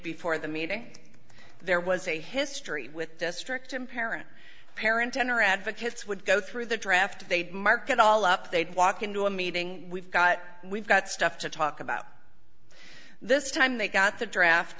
before the meeting there was a history with district and parent parent ten or advocates would go through the draft they'd mark it all up they'd walk into a meeting we've got we've got stuff to talk about this time they've got the draft